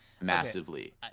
massively